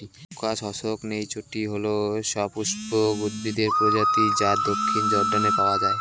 crocus হসকনেইচটি হল সপুষ্পক উদ্ভিদের প্রজাতি যা দক্ষিণ জর্ডানে পাওয়া য়ায়